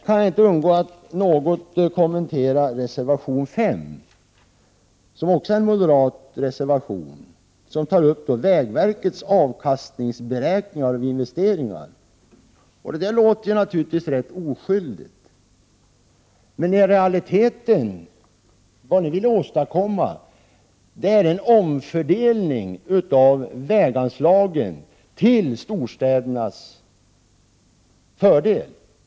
Jag kan inte undgå att något kommentera reservation 5, som också den är en moderat reservation, där man tar upp vägverkets avkastningsberäkningar av investeringar. Det låter rätt oskyldigt. Men vad ni vill åstadkomma är i realiteten en omfördelning av väganslagen till storstädernas fördel.